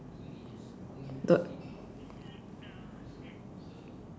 the